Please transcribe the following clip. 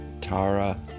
Tara